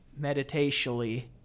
meditationally